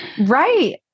right